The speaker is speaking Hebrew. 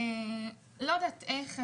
לא יודעת איך,